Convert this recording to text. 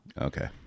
Okay